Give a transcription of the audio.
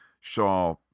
shaw